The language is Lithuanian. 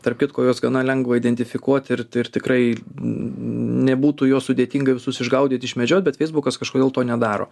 tarp kitko juos gana lengva identifikuoti ir ir tikrai nebūtų juos sudėtinga visus išgaudyt išmedžiot bet feisbukas kažkodėl to nedaro